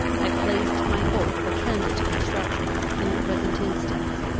i placed my hope of a candid construction, in the present instance,